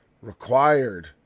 required